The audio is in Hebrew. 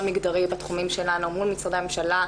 מגדרי בתחומים שלנו מול משרדי הממשלה,